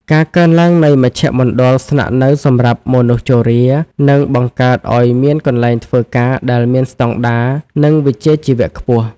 ការកើនឡើងនៃមជ្ឈមណ្ឌលស្នាក់នៅសម្រាប់មនុស្សជរា នឹងបង្កើតឱ្យមានកន្លែងធ្វើការដែលមានស្តង់ដារ និងវិជ្ជាជីវៈខ្ពស់។